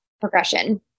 progression